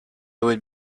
would